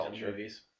movies